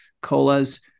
colas